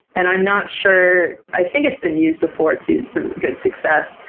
and i'm not sure, i think it's been used before to good success.